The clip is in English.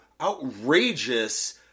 outrageous